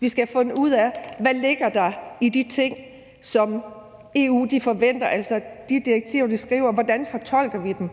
Vi skal have fundet ud af, hvad der ligger i de ting, som EU forventer, altså hvordan vi fortolker de direktiver, de skriver.